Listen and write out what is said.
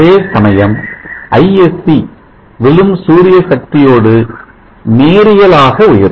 அதேசமயம் Isc விழும் சூரிய சக்தியோடு நேரியல் ஆக உயரும்